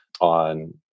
On